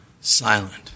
silent